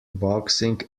boxing